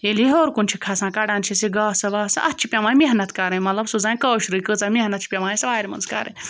ییٚلہِ یہِ ہیوٚر کُن چھِ کھَسان کَڑان چھِس یہِ گاسہٕ واسہٕ اَتھ چھِ پٮ۪وان محنت کَرٕنۍ مطلب سُہ زانہِ کٲشرُے کۭژاہ محنت چھِ پیٚوان اَسہِ وارِ منٛز کَرٕنۍ